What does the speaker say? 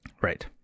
Right